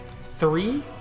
Three